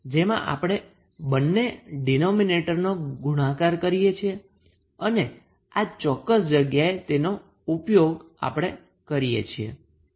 જેમાં આપણે બંને ડીનોમીનેટરનો ગુણાકાર કરીએ અને આ ચોક્કસ જગ્યાએ તેનો ઉપયોગ આપણે કરીએ